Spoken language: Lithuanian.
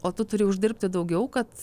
o tu turi uždirbti daugiau kad